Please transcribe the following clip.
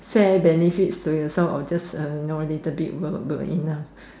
fair benefits to yourself or just uh you know a little bit will will enough